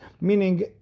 meaning